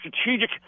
strategic